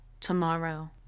Tomorrow